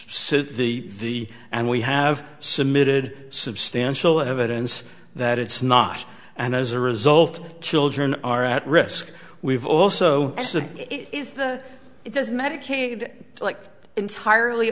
says the and we have submitted substantial evidence that it's not and as a result children are at risk we've also said is it does medicaid like entirely